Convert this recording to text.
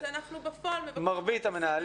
אז בפועל אנחנו מבקשים לשים על זה זרקור.